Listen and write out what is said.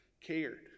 cared